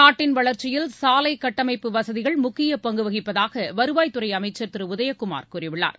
நாட்டின் வளர்ச்சியில் சாலை கட்டமைப்பு வசதிகள் முக்கிய பங்கு வகிப்பதாக வருவாய் துறை அமைச்சர் திரு உதயகுமார் கூறியுள்ளார்